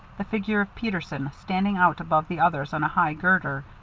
the figure of peterson standing out above the others on a high girder,